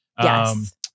Yes